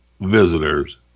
visitors